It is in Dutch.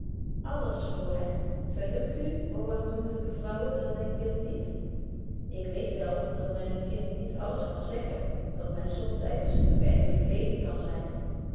alles voor hen verrukt u ô aandoenelyke vrouwen dat denkbeeld niet ik weet wel dat men een kind niet alles kan betje wolff proeve over de opvoeding zeggen dat men zomtyds een weinig verlegen kan zyn